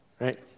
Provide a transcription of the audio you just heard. right